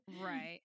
right